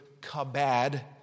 kabad